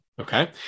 Okay